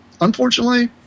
Unfortunately